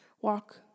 walk